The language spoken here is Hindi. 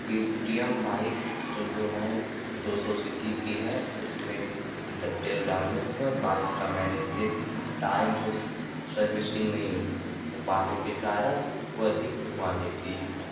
के टी एम बाइक़ तो जो है दो सौ सी सी की है उसमें एक लीटर तेल डालने पर बाइस का माइलेज़ देती है टाइम से सर्विसिन्ग नहीं हो पाने के कारण वह अधिक धुआँ देती है